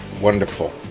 wonderful